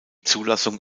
zulassung